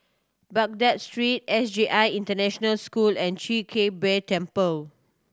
Baghdad Street S J I International School and Chwee Kang Beo Temple